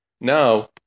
Now